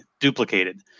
duplicated